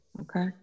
Okay